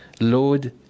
Lord